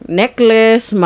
necklace